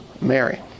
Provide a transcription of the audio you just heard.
Mary